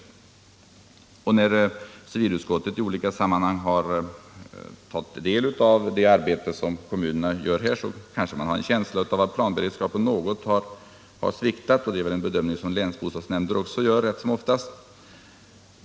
När civilutskottet i olika sammanhang har tagit del av det arbete som kommunerna gör har vi fått en känsla av att planberedskapen något har sviktat, och det är väl en bedömning som länsbostadsnämnder också gör allt som oftast.